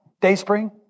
Dayspring